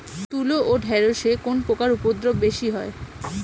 তুলো ও ঢেঁড়সে কোন পোকার উপদ্রব বেশি হয়?